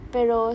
Pero